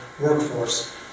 workforce